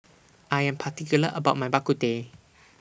I Am particular about My Bak Kut Teh